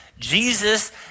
Jesus